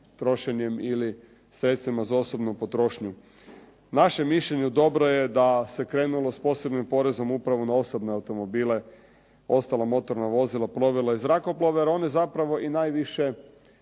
trošenjem ili sredstvima za osobnu potrošnju. Naše mišljenje, dobro je da se krenulo s posebnim porezom upravo na osobne automobile, ostala motorna vozila, plovila i zrakoplove, jer oni zapravo i najviše